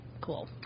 Cool